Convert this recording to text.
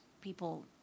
people